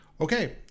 okay